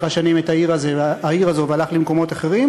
השנים את העיר הזו והלך למקומות אחרים,